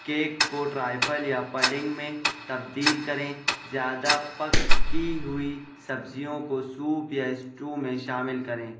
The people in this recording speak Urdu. کیک کو ٹرائفل یا پڈنگ میں تبدیل کریں زیادہ پکی ہوئی سبزیوں کو سوپ یا اسٹو میں شامل کریں